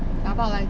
打包来